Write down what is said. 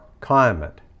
climate